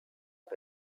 auf